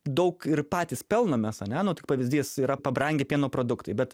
daug ir patys pelnomės ane nu tai pavyzdys yra pabrangę pieno produktai bet